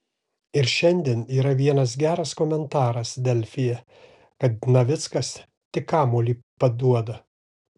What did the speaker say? ir šiandien yra vienas geras komentaras delfyje kad navickas tik kamuolį paduoda